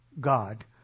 God